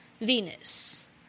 Venus